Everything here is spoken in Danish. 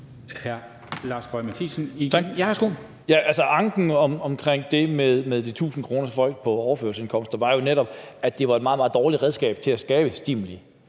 Lars Boje Mathiesen (NB): Anken omkring det med de 1.000 kr. til folk på overførselsindkomst var jo netop, at det var et meget, meget dårligt redskab til at skabe stimuli.